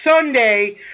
Sunday